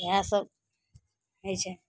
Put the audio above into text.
इएहसब होइ छै